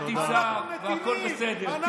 ותצעק, הכול בסדר.